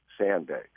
sandbags